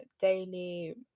Daily